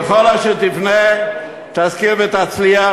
בכל אשר תפנה תשכיל ותצליח,